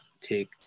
Take